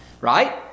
right